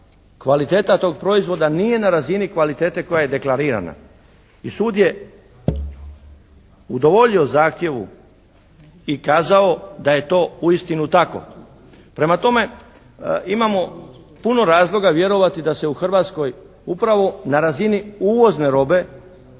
kvaliteta tog proizvoda nije na razini kvalitete koja je deklarirana. I sud je udovoljio zahtjevu i kazao da je to uistinu tako. Prema tome, imamo puno razloga vjerovati da se u Hrvatskoj upravo na razini uvozne robe